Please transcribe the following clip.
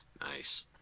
nice